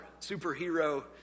superhero